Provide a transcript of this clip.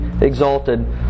exalted